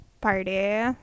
party